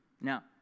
Now